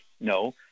No